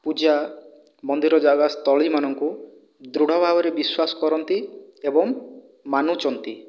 ପୂଜା ମନ୍ଦିର ଜାଗା ସ୍ଥଳୀ ମାନଙ୍କୁ ଦୃଢ଼ ଭାବରେ ବିଶ୍ୱାସ କରନ୍ତି ଏବଂ ମାନୁଛନ୍ତି